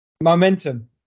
momentum